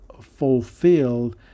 fulfilled